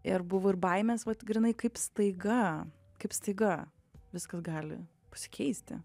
ir buvo ir baimės vat grynai kaip staiga kaip staiga viskas gali pasikeisti